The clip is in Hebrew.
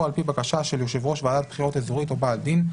או על-פי בקשה של יושב ראש ועדת בחירות אזורית או בעל דין,